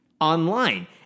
online